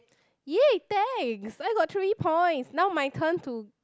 yay thanks I got three points now my turn to